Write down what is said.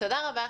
תודה רבה.